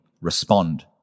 respond